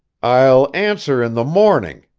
i'll answer in the morning,